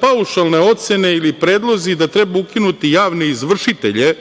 paušalne ocene ili predlozi da treba ukinuti javne izvršitelje